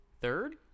Third